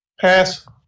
Pass